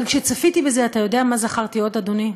אבל כשצפיתי בזה, אתה יודע מה זכרתי עוד, אדוני?